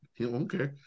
Okay